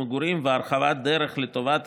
כפי שאמרו קודם חבריי,